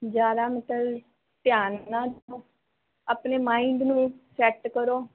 ਜ਼ਿਆਦਾ ਮਤਲਬ ਧਿਆਨ ਨਾਲ ਆਪਣੇ ਮਾਈਂਡ ਨੂੰ ਸੈੱਟ ਕਰੋ